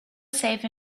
safe